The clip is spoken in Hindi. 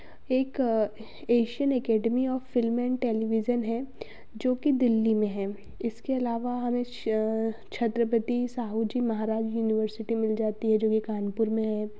एक Asian academy of film and television है जो कि दिल्ली में है इसके अलावा हमें श छत्रपति साहूजी महराज यूनिवर्सिटी मिल जाती है जो कि कानपुर में है